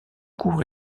cours